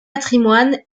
patrimoine